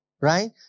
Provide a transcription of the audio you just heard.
Right